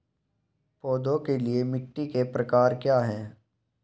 पौधों के लिए मिट्टी के प्रकार क्या हैं?